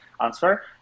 answer